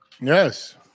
Yes